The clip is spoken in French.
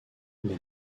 les